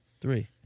three